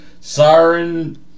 Siren